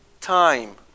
time